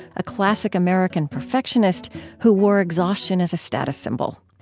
a classic american perfectionist who wore exhaustion as a status symbol.